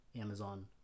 amazon